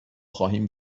خواهیم